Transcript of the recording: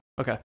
okay